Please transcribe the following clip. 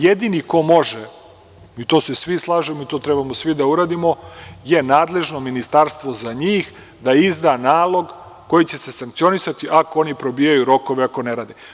Jedini ko može i to se svi slažemo i to trebamo da svi uradimo je nadležno ministarstvo za njih, da izda nalog koji će se sankcionisati, ako oni probijaju rokove ako ne rade.